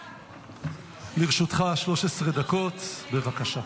לרשותך 13 דקות, בבקשה.